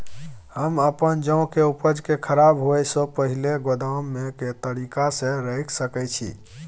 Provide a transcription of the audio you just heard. हम अपन जौ के उपज के खराब होय सो पहिले गोदाम में के तरीका से रैख सके छी?